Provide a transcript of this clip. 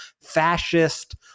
fascist